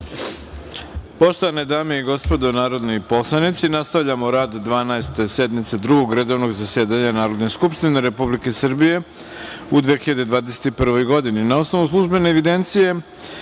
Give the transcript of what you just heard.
Poštovane dame i gospodo narodni poslanici, nastavljamo rad Dvanaeste sednice Drugog redovnog zasedanja Narodne skupštine Republike Srbije u 2021. godini. Na osnovu službene evidencije